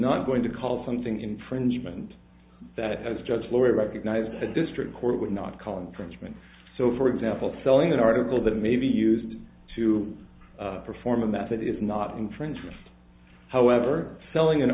going to call something infringement that has judge lawyer recognized the district court would not call infringement so for example selling an article that may be used to perform a method is not infringement however selling an